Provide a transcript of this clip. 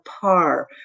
par